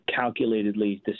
calculatedly